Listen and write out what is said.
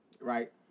Right